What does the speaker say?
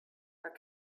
are